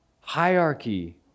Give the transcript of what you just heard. hierarchy